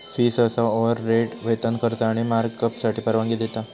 fee सहसा overhead, वेतन, खर्च आणि मार्कअपसाठी परवानगी देता